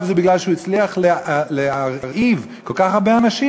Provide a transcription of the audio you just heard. זה בגלל שהוא הצליח להרעיב כל כך הרבה אנשים,